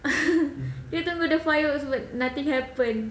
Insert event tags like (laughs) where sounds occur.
(laughs) kita tunggu the fireworks but nothing happen